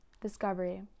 Discovery